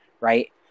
right